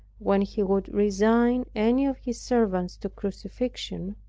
when he would resign any of his servants to crucifixion,